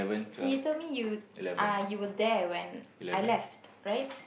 then you told me you uh you were there when I left right